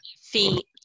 feet